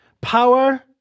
power